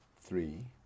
Three